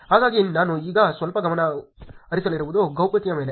ಹಾಗಾಗಿ ನಾನು ಈಗ ಸ್ವಲ್ಪ ಗಮನ ಹರಿಸಲಿರುವುದು ಗೌಪ್ಯತೆಯ ಮೇಲೆ